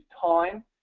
time